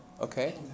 Okay